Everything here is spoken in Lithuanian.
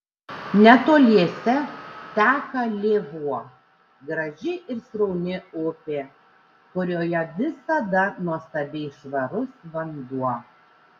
netoliese teka lėvuo graži ir srauni upė kurioje visada nuostabiai švarus vanduo